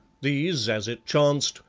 these, as it chanced,